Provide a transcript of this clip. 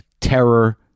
terror